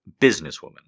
businesswoman